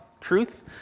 truth